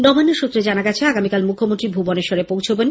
নবান্ন সূত্রে জানা গেছে আগামীকাল মুখ্যমন্ত্রী ভুবনেশ্বরে পৌছবেন